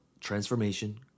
transformation